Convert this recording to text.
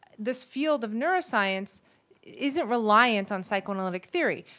this field of neuroscience isn't reliant on psychoanalytic theory.